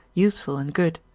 useful and good.